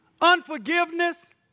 unforgiveness